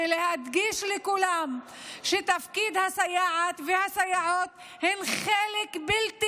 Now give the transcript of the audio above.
ולהדגיש שתפקיד הסייעת והסייעות הם חלק בלתי